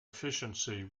efficiency